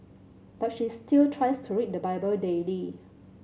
but she still tries to read the Bible daily